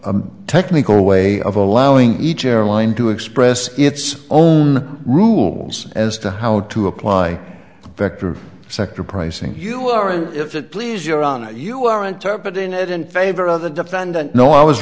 a technical way of allowing each airline to express its own rules as to how to apply vector sector pricing you were and if it please your honor you are interpret it in favor of the defendant no i was